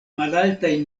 malaltaj